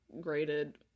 graded